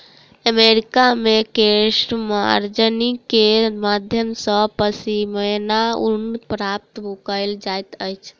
America मे केशमार्जनी के माध्यम सॅ पश्मीना ऊन प्राप्त कयल जाइत अछि